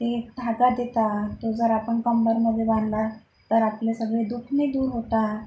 ते एक धागा देतात तो जर आपन कंबरमधे बांधला तर आपले सगळे दुखनी दूर होतात